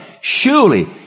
Surely